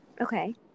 okay